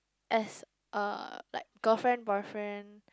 as a like girlfriend boyfriend